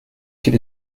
quel